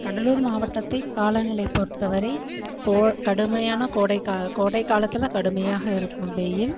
கடலூர் மாவட்டத்தில் காலநிலை பொறுத்தவரை கோ கடுமையான கோடைக்கா கோடைக்காலத்தில் கடுமையாக இருக்கும் வெயில்